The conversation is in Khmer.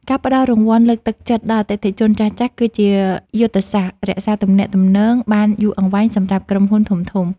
ការផ្តល់រង្វាន់លើកទឹកចិត្តដល់អតិថិជនចាស់ៗ គឺជាយុទ្ធសាស្ត្ររក្សាទំនាក់ទំនងបានយូរអង្វែងសម្រាប់ក្រុមហ៊ុនធំៗ។